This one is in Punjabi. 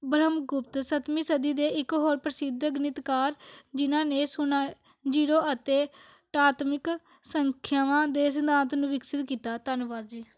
ਬ੍ਰਹਮ ਗੁਪਤ ਸਤਵੀਂ ਸਦੀ ਦੇ ਇੱਕ ਹੋਰ ਪ੍ਰਸਿੱਧ ਗਣਿਤਕਾਰ ਜਿਨ੍ਹਾਂ ਨੇ ਸੁਣੇ ਜ਼ੀਰੋ ਅਤੇ ਤਾਤਮਿਕ ਸੰਖਿਆਵਾਂ ਦੇ ਸਿਧਾਂਤ ਨੂੰ ਵਿਕਸਿਤ ਕੀਤਾ ਧੰਨਵਾਦ ਜੀ